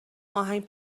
آهنگ